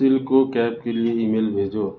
سل کو کیپ کے لیے ای میل بھیجو